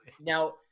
Now